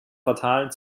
fatalen